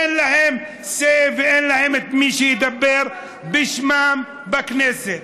אין להם say ואין להם מי שידבר בשמם בכנסת.